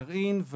גרעין,